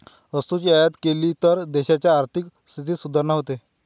वस्तूची आयात केली तर देशाच्या आर्थिक स्थितीत सुधारणा होते